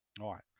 Right